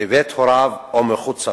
בבית הוריו או מחוץ לו"